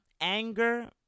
Anger